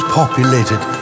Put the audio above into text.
populated